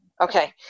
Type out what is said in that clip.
Okay